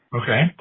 okay